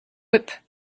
whip